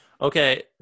okay